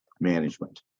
management